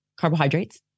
carbohydrates